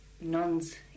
nuns